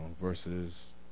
versus